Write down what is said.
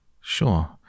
Sure